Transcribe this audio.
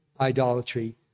idolatry